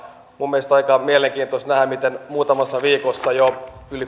minun mielestäni on aika mielenkiintoista nähdä miten muutamassa viikossa on jo